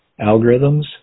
algorithms